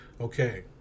Okay